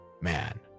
man